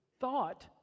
thought